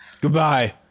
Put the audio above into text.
Goodbye